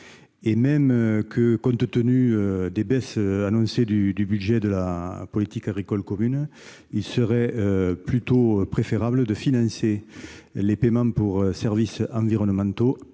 commune. Compte tenu des baisses annoncées du budget de la politique agricole commune, il serait même plutôt préférable de financer les paiements pour services environnementaux